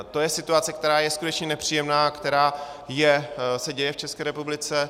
To je situace, která je skutečně nepříjemná a která se děje v České republice.